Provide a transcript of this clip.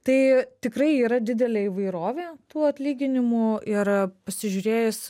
tai tikrai yra didelė įvairovė tų atlyginimų ir pasižiūrėjus